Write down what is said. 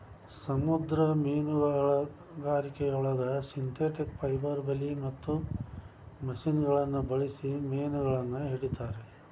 ಸಮುದ್ರ ಮೇನುಗಾರಿಕೆಯೊಳಗ synthetic fibre ಬಲಿ ಮತ್ತ ಮಷಿನಗಳನ್ನ ಬಳ್ಸಿ ಮೇನಗಳನ್ನ ಹಿಡೇತಾರ